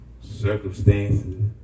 circumstances